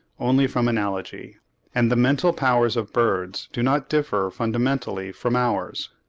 only from analogy and the mental powers of birds do not differ fundamentally from ours.